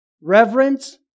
reverence